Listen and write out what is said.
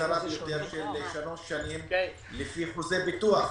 קצרה ביותר של שלוש שנים לפי חוזה ביטוח.